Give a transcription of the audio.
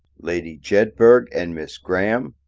lady jedburgh and miss graham.